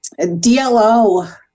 DLO